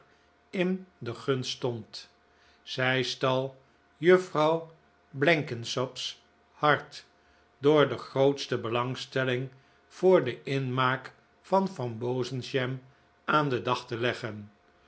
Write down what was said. in de gunst stond zij stal juffrouw blenkinsop's hart door de grootste belangstelling voor de inmaak van frambozenjam aan den dag te leggen